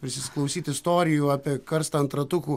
prisisklausyt istorijų apie karstą ant ratukų